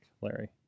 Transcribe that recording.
Larry